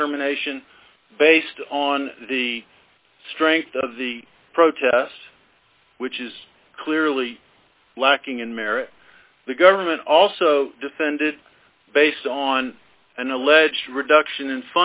determination based on the strength of the protest which is clearly lacking in merit the government also defended based on an alleged reduction in